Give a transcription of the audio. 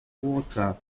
water